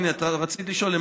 הינה, רצית לשאול.